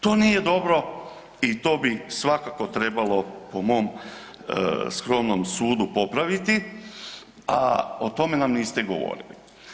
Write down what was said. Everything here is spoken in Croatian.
To nije dobro i to bi svakako trebalo po mom skromnom sudu popraviti, a o tome nam niste govorili.